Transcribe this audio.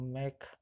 make